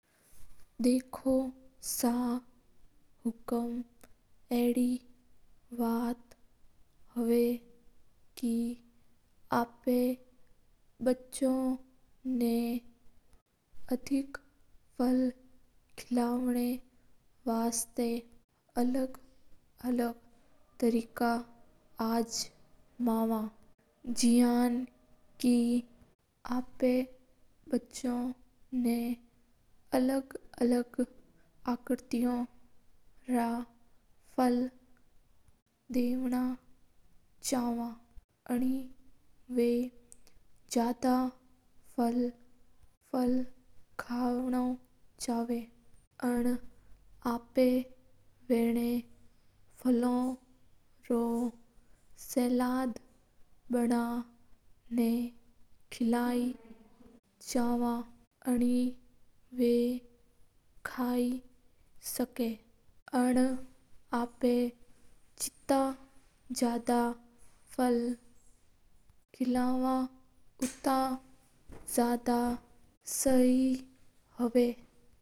देखो सा हकम आपा बच्चा ना फल किलाव ना वास्ता अलग अलग तरीका अरमादा जासा के ए बच्चा ना अलग अलग आकृतिया रा फल दाव ना चावा हा। कनी बा जायदा फल कव ना चेवा जन बें आपा फैल रे सलाद बनिन दवा जन बा जायदा फैल कई हा बच्चा ना आपा जित जायदा फैल किलावा ऊता जायद शी हावा।